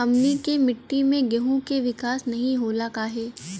हमनी के मिट्टी में गेहूँ के विकास नहीं होला काहे?